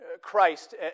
Christ